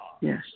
Yes